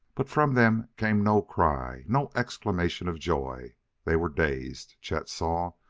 but from them came no cry nor exclamation of joy they were dazed, chet saw,